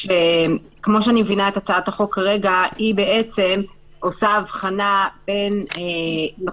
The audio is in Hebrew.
כמו שאני מבינה את הצעת החוק כרגע היא בעצם עושה הבחנה בין מטרות